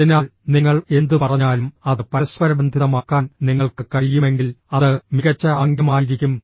അതിനാൽ നിങ്ങൾ എന്ത് പറഞ്ഞാലും അത് പരസ്പരബന്ധിതമാക്കാൻ നിങ്ങൾക്ക് കഴിയുമെങ്കിൽ അത് മികച്ച ആംഗ്യമായിരിക്കും